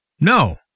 No